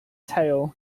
tail